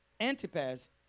Antipas